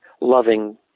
loving